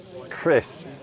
chris